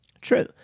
true